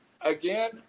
Again